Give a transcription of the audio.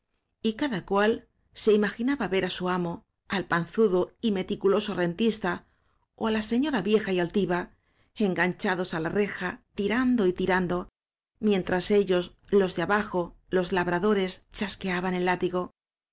y cada cual se imaginaba ver á su amo al panzudo y meti culoso rentista ó á la señora vieja y altiva en ganchados á la reja tirando y tirando mientras ellos los de abajo los labradores chasqueaban el látigo